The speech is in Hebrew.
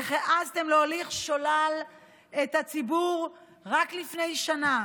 איך העזתם להוליך שולל את הציבור רק לפני שנה